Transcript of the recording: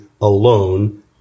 alone